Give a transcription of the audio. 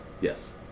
Yes